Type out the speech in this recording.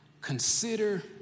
Consider